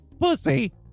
pussy